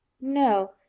No